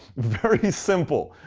very simple.